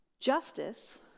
Justice